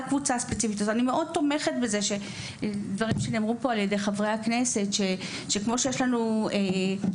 אני תומכת בדברים שנאמרו פה על ידי חברי הכנסת שכמו שיש לנו תוכניות